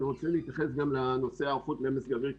אני רוצה גם להתייחס לנושא ההיערכות למזג אוויר קיצון.